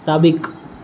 साबिक़ु